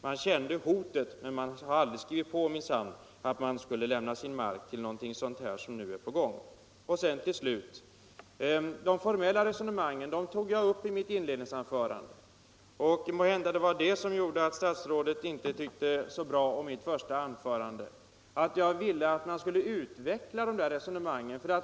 Man kände hotet, men man har minsann 21 aldrig skrivit på att lämna sin mark till någonting sådant som nu är på gång. Sedan till slut de formella resonemangen jag tog upp i mitt inledningsanförande. Måhända var det detta som gjorde att statsrådet inte tyckte så bra om mitt första anförande. Jag ville att man skulle utveckla dessa resonemang.